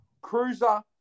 Cruiser